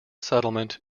settlement